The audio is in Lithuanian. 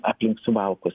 aplink suvalkus